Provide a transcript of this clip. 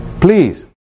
Please